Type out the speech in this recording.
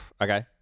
Okay